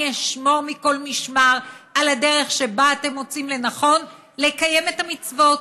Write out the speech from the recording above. אני אשמור מכל משמר על הדרך שבה אתם מוצאים לנכון לקיים את המצוות.